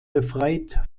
befreit